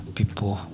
people